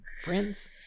Friends